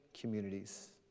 communities